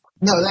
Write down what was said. No